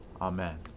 Amen